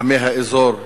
עמי האזור,